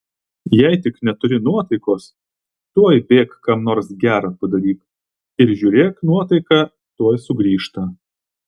jei tik neturi nuotaikos tuoj bėk kam nors gera padaryk ir žiūrėk nuotaika tuoj sugrįžta